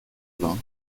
vingts